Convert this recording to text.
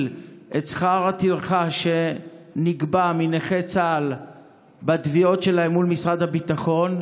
את שכר הטרחה שנגבה מנכי צה"ל בתביעות שלהם מול משרד הביטחון?